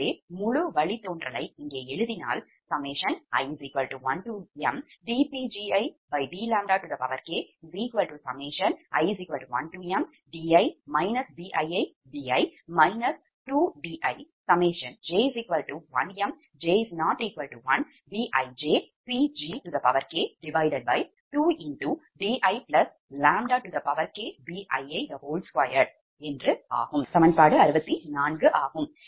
எனவே முழு வழித்தோன்றலை இங்கே எழுதினால் i1mdPgikdi1mdi Biibi 2dij1j≠1mBijPgjk2diʎkBii2 இது சமன்பாடு 64 ஆகும்